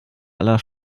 aller